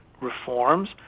reforms